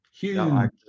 Huge